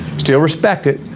still respect it,